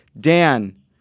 Dan